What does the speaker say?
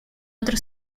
otro